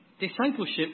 discipleship